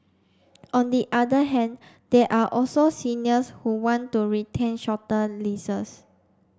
on the other hand there are also seniors who want to retain shorter leases